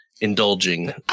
indulging